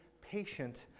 patient